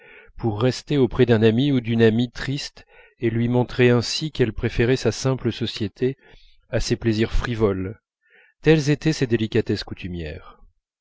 pour rester auprès d'un ami ou d'une amie triste et lui montrer ainsi qu'elle préférait sa simple société à des plaisirs frivoles telles étaient ses délicatesses coutumières